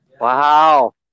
Wow